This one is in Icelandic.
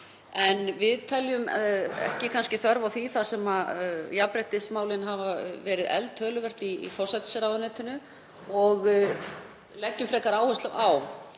en við teljum ekki þörf á því þar sem jafnréttismálin hafa verið efld töluvert í forsætisráðuneytinu. Við leggjum frekar áherslu á